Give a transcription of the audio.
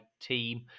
team